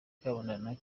kabandana